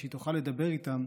ושהיא תוכל לדבר איתם,